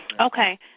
Okay